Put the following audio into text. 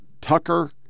Tucker